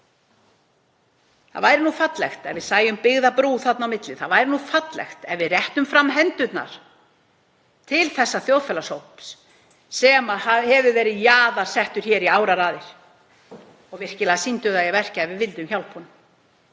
Það væri fallegt ef við sæjum byggða brú þar á milli. Það væri fallegt ef við réttum fram hendurnar til þess þjóðfélagshóps sem hefur verið jaðarsettur hér í áraraðir og sýndum það í verki að við vildum hjálpa honum.